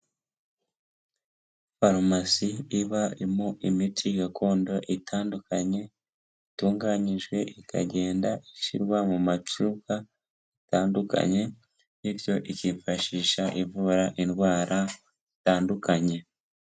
Farumasi ibamo imiti gakondo itandukanye itunganyijwe ikagenda ishyirwa mu macupa atandukanye bityo ikifashisha ivura indwara zitandukanye.